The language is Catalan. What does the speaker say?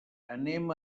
anem